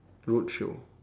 road show